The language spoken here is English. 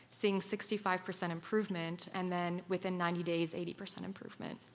seeing sixty five percent improvement, and then within ninety days, eighty percent improvement